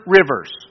rivers